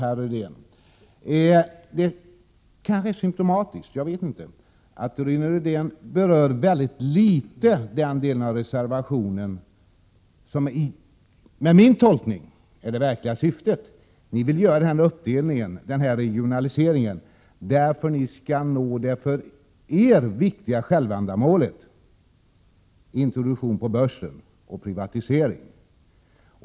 Jag vet inte, men det kanske är symptomatiskt att Rune Rydén ytterst litet berör den del av reservationen som med min tolkning visar det verkliga syftet: ni vill göra denna uppdelning, denna regionalisering, därför att ni vill nå det för er viktiga självändamålet introduktion på börsen och privatisering.